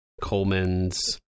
Coleman's